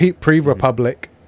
pre-Republic